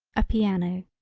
a piano.